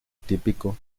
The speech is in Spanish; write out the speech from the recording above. típico